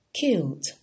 killed